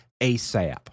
ASAP